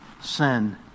sin